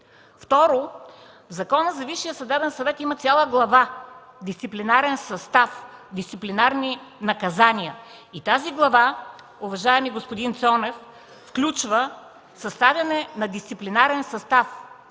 Второ, в Закона за Висшия съдебен съвет има цяла глава „Дисциплинарен състав”, „Дисциплинарни наказания”. Тази глава, уважаеми господин Цонев, включва съставяне на дисциплинарен състав,